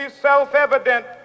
self-evident